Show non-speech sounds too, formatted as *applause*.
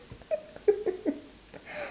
*laughs*